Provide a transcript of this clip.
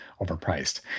overpriced